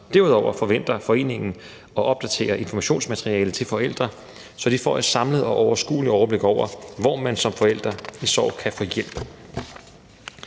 Derudover forventer foreningen at opdatere informationsmateriale til forældre, så de får et samlet og overskueligt overblik over, hvor man som forældre i sorg kan få hjælp.